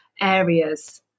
areas